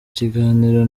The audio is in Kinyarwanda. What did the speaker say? kiganiro